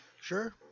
sure